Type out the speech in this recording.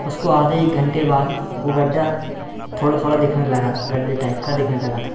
उसके आधे एक घन्टे बाद वह गड्ढा थोड़ा थोड़ा दिखने लगा था गड्ढे टाइप का दिखने लगा था